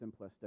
simplistic